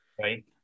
Right